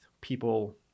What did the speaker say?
people